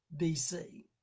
BC